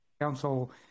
council